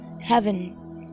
heavens